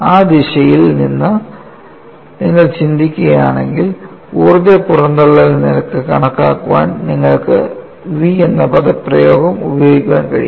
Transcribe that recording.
ആ ദിശയിൽ നിന്ന് നിങ്ങൾ ചിന്തിക്കുകയാണെങ്കിൽ ഊർജ്ജ പുറന്തള്ളൽ നിരക്ക് കണക്കാക്കാൻ നിങ്ങൾക്ക് v എന്ന പദപ്രയോഗം ഉപയോഗിക്കാൻ കഴിയും